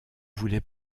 voulait